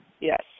Yes